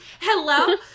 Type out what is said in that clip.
Hello